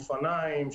אופניים,